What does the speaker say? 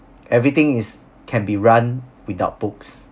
everything is can be run without books